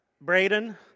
Braden